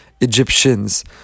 Egyptians